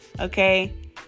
okay